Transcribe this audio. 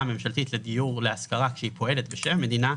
הממשלתית לדיור להשכרה כשהיא פועלת בשם המדינה,